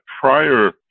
prior